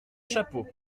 chapeau